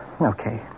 Okay